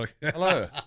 Hello